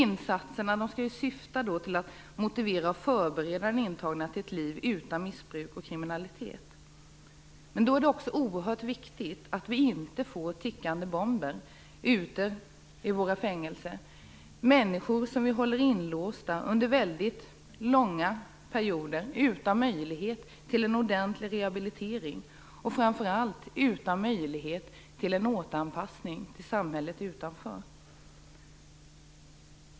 Insatserna skall syfta till att motivera och förbereda den intagna till ett liv utan missbruk och kriminalitet. Men då är det mycket viktigt att det inte blir den tickande bomben ute på våra fängelser, dvs. människor som hålls inlåsta under väldigt långa perioder utan möjlighet till en ordentlig rehabilitering och framför allt utan möjlighet till en återanpassning till samhället utanför.